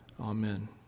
Amen